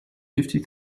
fifty